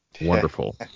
Wonderful